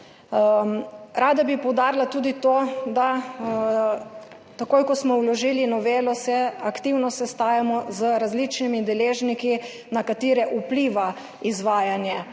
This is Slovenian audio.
Rada bi poudarila tudi to, da se od takrat, ko smo vložili novelo, aktivno sestajamo z različnimi deležniki, na katere vpliva izvajanje